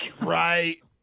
Right